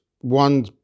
one